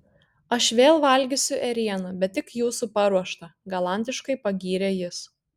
aš vėl valgysiu ėrieną bet tik jūsų paruoštą galantiškai pagyrė jis